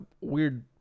weird